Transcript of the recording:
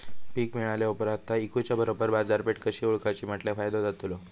पीक मिळाल्या ऑप्रात ता इकुच्या बरोबर बाजारपेठ कशी ओळखाची म्हटल्या फायदो जातलो?